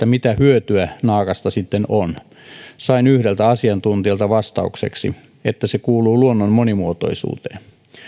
mitä hyötyä naakasta sitten on sain yhdeltä asiantuntijalta vastaukseksi että se kuuluu luonnon monimuotoisuuteen